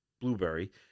Blueberry